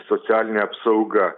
socialine apsauga